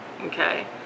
okay